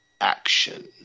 action